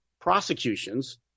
prosecutions